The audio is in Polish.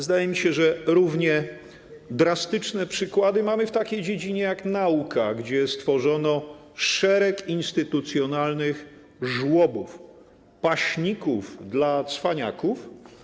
Zdaje mi się, że równie drastyczne przykłady mamy w takiej dziedzinie jak nauka, gdzie stworzono szereg instytucjonalnych żłobów, paśników dla cwaniaków.